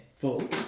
full